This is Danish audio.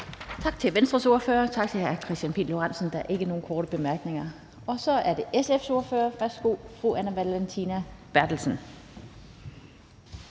Tak til Venstres ordfører, hr. Kristian Pihl Lorentzen. Der er ikke nogen korte bemærkninger. Så er det SF's ordfører. Værsgo, fru Anne Valentina Berthelsen.